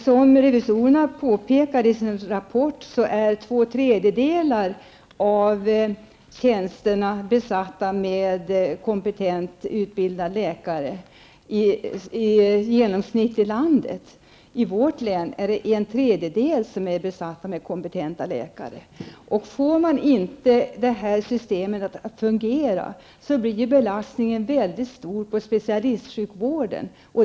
Som revisorerna påpekade i sin rapport är två tredjedelar av tjänsterna besatta med kompetenta utbilda läkare genomsnittligt i landet, men i vårt län är bara en tredjedel av tjänsterna besatta med kompetenta läkare. Får man inte det här systemet att fungera, blir belastningen väldigt stor på specialistsjukvården.